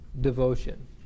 devotion